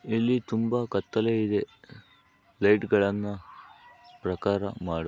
ಇಲ್ಲಿ ತುಂಬ ಕತ್ತಲೆಯಿದೆ ಲೈಟ್ಗಳನ್ನು ಪ್ರಕಾರ ಮಾಡು